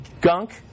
gunk